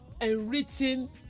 enriching